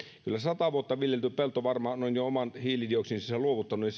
kyllä sata vuotta viljelty pelto varmaan on jo oman hiilidioksidinsa luovuttanut